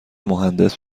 مهندس